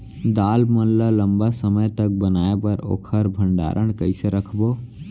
दाल मन ल लम्बा समय तक बनाये बर ओखर भण्डारण कइसे रखबो?